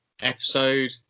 episode